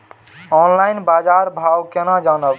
Online बाजार भाव केना जानब?